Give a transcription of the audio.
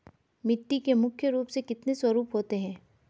मिट्टी के मुख्य रूप से कितने स्वरूप होते हैं?